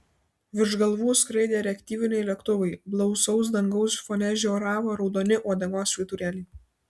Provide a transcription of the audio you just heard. virš galvų skraidė reaktyviniai lėktuvai blausaus dangaus fone žioravo raudoni uodegos švyturėliai